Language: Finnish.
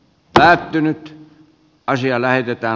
päättynyt karsia näytetään